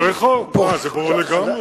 זה פורעי חוק, מה, זה ברור לגמרי.